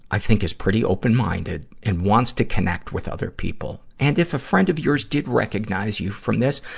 i think is pretty open-minded and wants to connect with other people. and if a friend of yours did recognize you from this,